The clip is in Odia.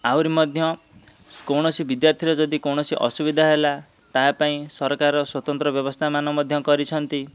ଆହୁରି ମଧ୍ୟ କୌଣସି ବିଦ୍ୟାର୍ଥୀର ଯଦି କୌଣସି ଅସୁବିଧା ହେଲା ତାହା ପାଇଁ ସରକାର ସ୍ଵତନ୍ତ୍ର ବ୍ୟବସ୍ଥାମାନ ମଧ୍ୟ କରିଛନ୍ତି